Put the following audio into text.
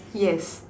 yes